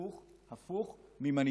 הפוך, הפוך ממנהיגות.